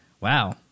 wow